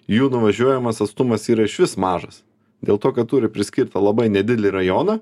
jų nuvažiuojamas atstumas yra išvis mažas dėl to kad turi priskirtą labai nedidelį rajoną